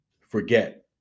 forget